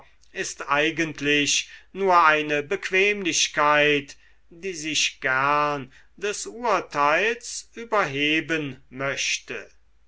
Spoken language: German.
ist eigentlich nur eine bequemlichkeit die sich gern des urteils überheben möchte